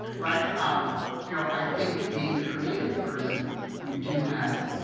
but um you know i think being a creative person, you do have